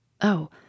Oh